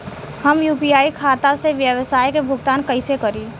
हम यू.पी.आई खाता से व्यावसाय के भुगतान कइसे करि?